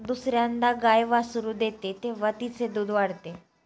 दुसर्यांदा गाय वासरू देते तेव्हा तिचे दूध वाढते